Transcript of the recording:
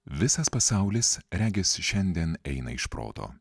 visas pasaulis regis šiandien eina iš proto